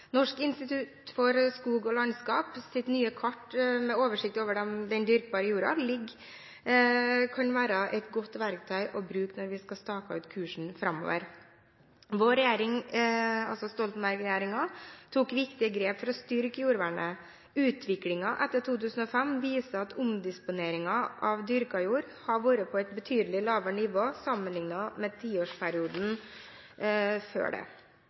Norsk institutt for skog og landskaps nye kart med oversikt over den dyrkbare jorda kan være et godt verktøy å bruke når vi skal stake ut kursen framover. Vår regjering, altså Stoltenberg-regjeringen, tok viktige grep for å styrke jordvernet. Utviklingen etter 2005 viser at omdisponeringen av dyrket jord har vært på et betydelig lavere nivå sammenliknet med tiårsperioden før det.